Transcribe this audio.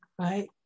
Right